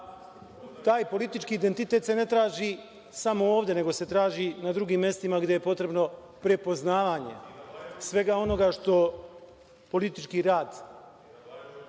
politički identitet se ne traži samo ovde, nego se traži i na drugim mestima gde je potrebno prepoznavanje svega onoga što politički rad,